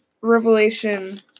Revelation